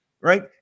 Right